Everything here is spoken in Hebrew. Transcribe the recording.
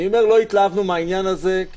אני אומר שלא התלהבנו מהעניין הזה כי